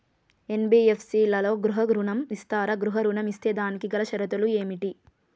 NBFC లలో గృహ ఋణం ఇస్తరా? గృహ ఋణం ఇస్తే దానికి గల షరతులు ఏమిటి?